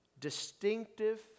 distinctive